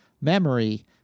memory